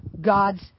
God's